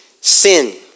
sin